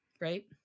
Right